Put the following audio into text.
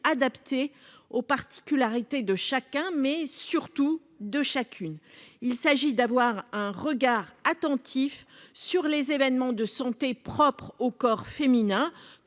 adapter aux particularités de chacun, mais surtout de chacune, il s'agit d'avoir un regard attentif sur les événements de santé propre au corps féminin